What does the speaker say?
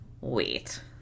wait